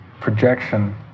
projection